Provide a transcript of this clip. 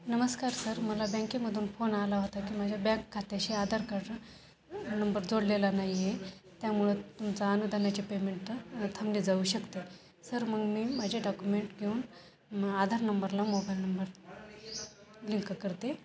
नमस्कार सर मला बँकेमधून फोन आला होता की माझ्या बँक खात्याशी आधार कार्ड नंबर जोडलेला नाही आहे त्यामुळं तुमचा अनुदानाचे पेमेंट थांबले जाऊ शकते सर मग मी माझ्या डॉक्युमेंट घेऊन आधार नंबरला मोबाईल नं बर लिंक करते